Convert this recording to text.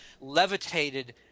levitated